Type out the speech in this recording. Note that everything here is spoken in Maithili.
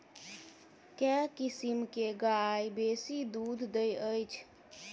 केँ किसिम केँ गाय बेसी दुध दइ अछि?